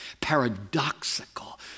paradoxical